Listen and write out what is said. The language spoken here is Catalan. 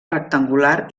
rectangular